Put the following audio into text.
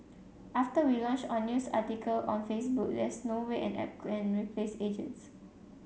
after we launched on news article on Facebook there's no way an app can replace agents